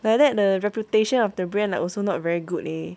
like that the reputation of the brand like also not very good leh